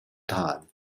time